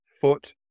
foot